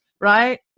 right